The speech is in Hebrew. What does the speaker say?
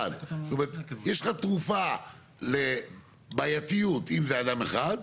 יש לך תרופה לבעייתיות, אם זה אדם אחד,